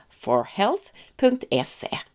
forhealth.se